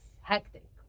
hectic